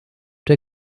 der